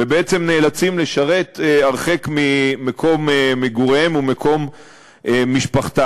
ובעצם נאלצים לשרת הרחק ממקום מגוריהם או מקום משפחתם.